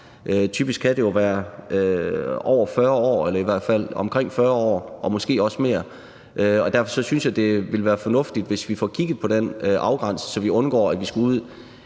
Typisk kan det jo være over 40 år – eller i hvert fald omkring 40 år og måske også mere. Derfor synes jeg, det ville være fornuftigt, hvis vi får kigget på den afgrænsning, så vi undgår, at vi skal ud